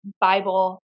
Bible